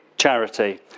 charity